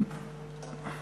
הכול בסדר.